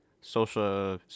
social